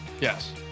Yes